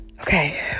Okay